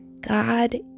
God